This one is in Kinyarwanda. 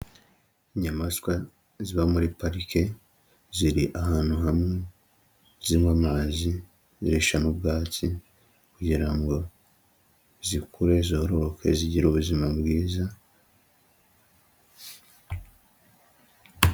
Inyamaswa ziba muri parike ziri ahantu hamwe zinywa amazi zirisha n'ubwatsi kugira ngo zikure, zororoke zigire ubuzima bwiza.